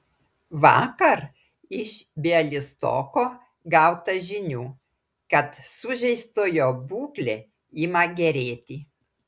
vakar iš bialystoko gauta žinių kad sužeistojo būklė ima gerėti